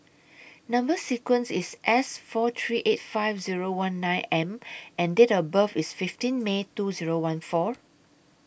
Number sequence IS S four three eight five Zero one nine M and Date of birth IS fifteen May two Zero one four